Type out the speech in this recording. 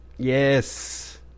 Yes